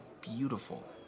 beautiful